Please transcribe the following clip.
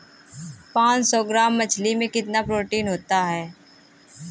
पांच सौ ग्राम मछली में कितना प्रोटीन होता है?